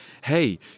Hey